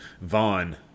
Vaughn